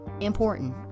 important